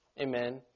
amen